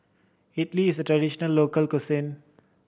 Idly is a traditional local cuisine